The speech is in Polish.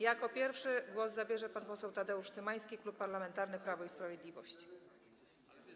Jako pierwszy głos zabierze pan poseł Tadeusz Cymański, Klub Parlamentarny Prawo i Sprawiedliwość.